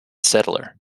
settler